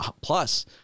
plus